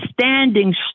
standing